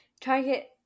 Target